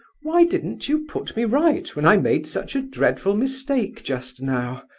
why didn't you put me right when i made such a dreadful mistake just now?